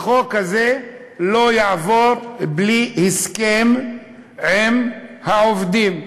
החוק הזה לא יעבור בלי הסכם עם העובדים,